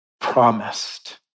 promised